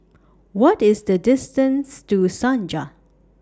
What IS The distance to Senja